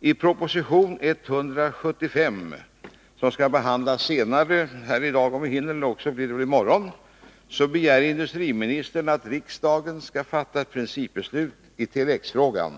I proposition 175, som skall behandlas senare i dag eller också i morgon, begär industriministern att riksdagen skall fatta ett principbeslut i Tele X-frågan.